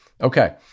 Okay